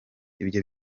ibyo